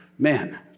Man